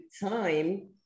time